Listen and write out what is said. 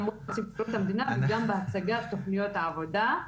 גם בנציבות המדינה וגם בהצגת תכניות העבודה.